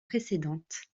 précédentes